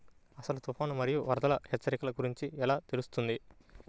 అసలు తుఫాను మరియు వరదల హెచ్చరికల గురించి ఎలా తెలుస్తుంది?